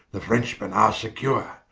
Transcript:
the frenchmen are secure,